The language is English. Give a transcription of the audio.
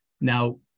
Now